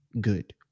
good